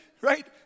right